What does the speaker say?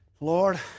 lord